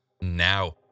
now